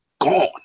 gone